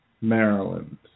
Maryland